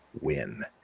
win